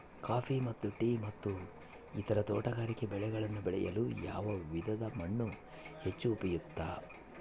Coffee ಮತ್ತು tea ಮತ್ತು ಇತರ ತೋಟಗಾರಿಕೆ ಬೆಳೆಗಳನ್ನು ಬೆಳೆಯಲು ಯಾವ ವಿಧದ ಮಣ್ಣು ಹೆಚ್ಚು ಉಪಯುಕ್ತ?